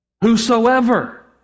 whosoever